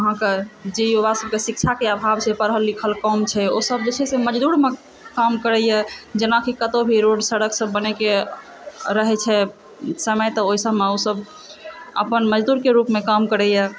अहाँकऽ जे युवा सभके शिक्षाके आभाव छै पढ़ल लिखल कम छै ओसभ जे छै मजदूरमऽ काम करयए जेनाकि कतहुँ भी रोड सड़कसभ बनयके रहैत छै समय तऽ ओहि सभमऽ ओसभ अपन मजदूरके रुपमे काम करयए